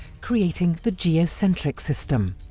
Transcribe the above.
creating the geocentric system.